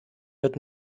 wird